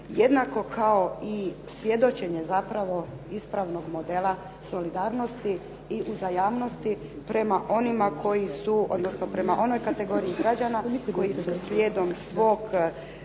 jednako kao i svjedočenje zapravo ispravnog modela solidarnosti i uzajamnosti prema onima koji su, odnosno